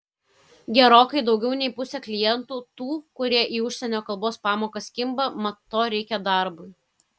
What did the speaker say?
gerokai daugiau nei pusė klientų tų kurie į užsienio kalbos pamokas kimba mat to reikia darbui